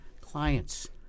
clients